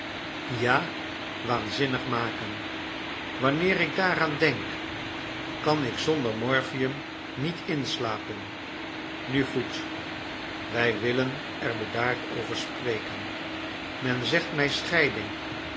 ja waanzinnig maken wanneer ik daaraan denk kan ik zonder morphium niet inslapen nu goed wij willen er bedaard over spreken men zegt mij scheiding